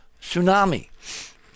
tsunami